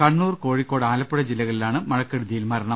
കണ്ണൂർ കോഴിക്കോട് ആലപ്പുഴ ജില്ലകളിലാണ് മഴക്കെടുതിയിൽ മരണം